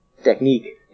technique